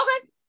Okay